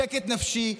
שקט נפשי,